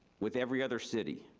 with every other city,